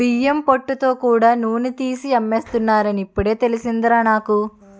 బియ్యం పొట్టుతో కూడా నూనె తీసి అమ్మేస్తున్నారని ఇప్పుడే తెలిసిందిరా నాకు